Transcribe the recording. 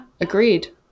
agreed